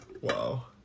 Wow